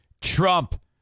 Trump